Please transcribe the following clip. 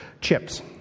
Chips